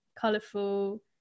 colourful